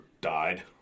died